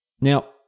Now